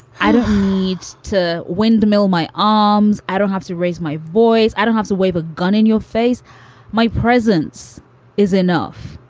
i don't need to windmill my arms. i don't have to raise my voice. i don't have to wave a gun in your face my presence is enough.